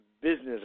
business